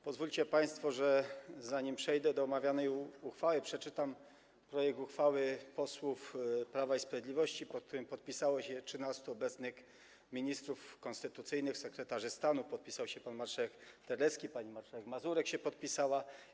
Pozwólcie państwo, że zanim przejdę do omawianej uchwały, przeczytam projekt uchwały posłów Prawa i Sprawiedliwości, pod którym podpisało się 13 obecnych ministrów konstytucyjnych, sekretarzy stanu, podpisał się pan marszałek Terlecki, pani marszałek Mazurek się podpisała.